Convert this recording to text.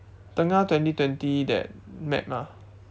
tengah twenty twenty that map lah